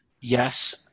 Yes